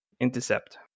intercept